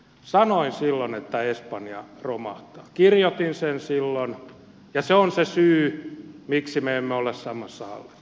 sanoin silloin että espanja romahtaa kirjoitin sen silloin ja se on se syy miksi me emme ole samassa hallituksessa